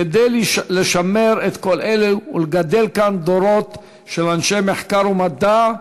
כדי לשמר את כל אלו ולגדל כאן דורות של אנשי מחקר ומדע,